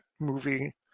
movie